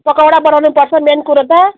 पकौडा बनाउनु पर्छ मेन कुरो त